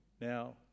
Now